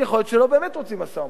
יכול להיות שלא באמת רוצים משא-ומתן.